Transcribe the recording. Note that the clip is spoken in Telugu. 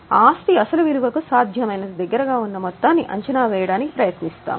ఆస్తి అసలు విలువకు సాధ్యమైనంత దగ్గరగా ఉన్న మొత్తాన్ని అంచనా వేయడానికి ప్రయత్నిస్తాము